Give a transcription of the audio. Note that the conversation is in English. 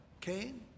Cain